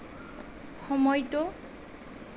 সময়টো